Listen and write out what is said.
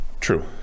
true